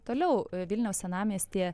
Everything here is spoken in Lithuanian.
toliau vilniaus senamiestyje